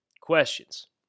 questions